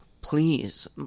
please